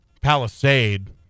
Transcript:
Palisade